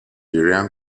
iran